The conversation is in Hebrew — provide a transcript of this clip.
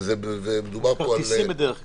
ומוכרים כרטיסים בדרך כלל.